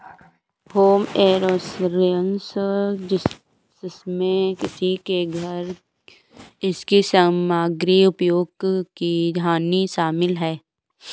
home insurance जिसमें किसी के घर इसकी सामग्री उपयोग की हानि शामिल है